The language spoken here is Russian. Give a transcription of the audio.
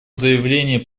заявлении